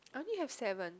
I only have seven